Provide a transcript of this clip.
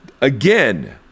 Again